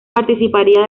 participaría